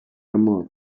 amor